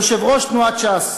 יושב-ראש תנועת ש"ס.